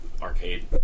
arcade